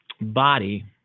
body